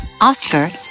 Oscar